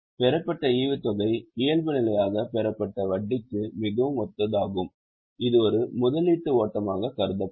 பெறப்பட்ட ஈவுத்தொகை இயல்புநிலையாக பெறப்பட்ட வட்டிக்கு மிகவும் ஒத்ததாகும் இது ஒரு முதலீட்டு ஓட்டமாக கருதப்படும்